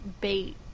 bait